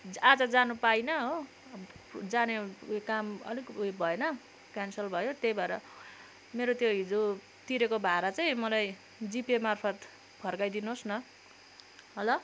आज जानु पाइनँ हो जाने उयो काम अलिक उयो भएन क्यानसल भयो त्यही भएर मेरो त्यो हिजो तिरेको भाडा चाहिँ मलाई जिपेमार्फत फर्काइदिनुहोस् न ल